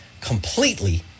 completely